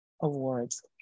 awards